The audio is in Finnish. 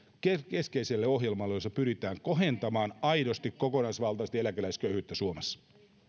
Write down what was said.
keskeiselle ohjelmalle jossa pyritään kohentamaan aidosti kokonaisvaltaisesti eläkeläisköyhyyttä suomessa